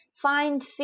Find